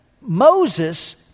Moses